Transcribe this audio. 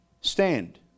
stand